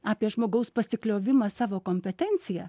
apie žmogaus pasikliovimas savo kompetencija